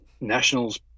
Nationals